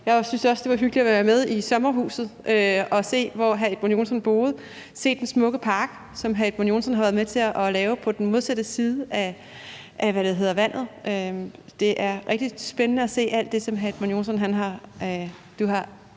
jeg synes også, det var hyggeligt at være med i sommerhuset og se, hvor hr. Edmund Joensen boede, og se den smukke park, som hr. Edmund Joensen har været med til at lave på den modsatte side af vandet. Det er rigtig spændende at se alt, hvad hr.